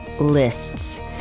lists